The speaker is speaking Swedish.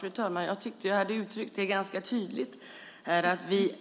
Fru talman! Jag tyckte att jag uttryckte det ganska tydligt att vi